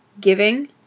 giving